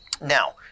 Now